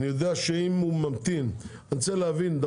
אני רוצה להבין,